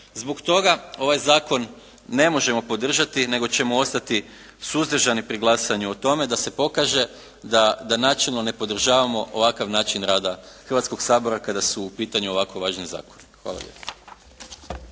Zbog toga ovaj zakon ne možemo podržati, nego ćemo ostati suzdržani pri glasanju o tome da se pokaže da načelno ne podržavamo ovakav način rada Hrvatskog sabora kada su u pitanju ovako važni zakoni. Hvala